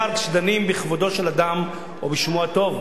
בעיקר כשדנים בכבודו של אדם או בשמו הטוב.